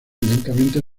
lentamente